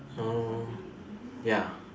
mm ya